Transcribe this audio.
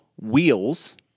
wheels